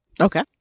Okay